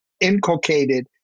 inculcated